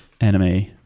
anime